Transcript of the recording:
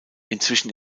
inzwischen